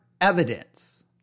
evidence